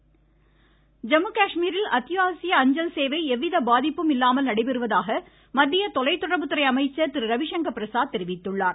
ரவி சங்கர் பிரசாத் ஐம்மு காஷ்மீரில் அத்தியாவசிய அஞ்சல் சேவை எவ்வித பாதிப்பும் இல்லாமல் நடைபெறுவதாக மத்திய தொலைத் தொடர்புத்துறை அமைச்சர் திரு ரவிசங்கர் பிரசாத் தெரிவித்துள்ளார்